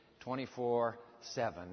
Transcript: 24-7